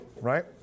right